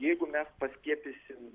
jeigu mes paskiepysim